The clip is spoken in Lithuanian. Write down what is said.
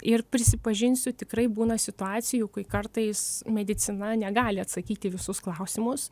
ir prisipažinsiu tikrai būna situacijų kai kartais medicina negali atsakyti į visus klausimus